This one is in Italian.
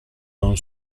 non